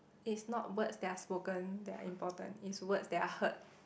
it's not words that are spoken that are important it's words that are heard